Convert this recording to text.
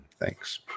thanks